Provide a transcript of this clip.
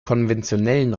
konventionellen